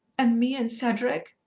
and me and cedric?